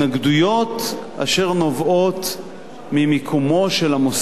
אשר נובעות ממיקומו של המוסד גרידא,